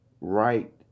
Right